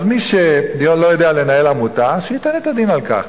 אז מי שלא יודע לנהל עמותה, שייתן את הדין על כך.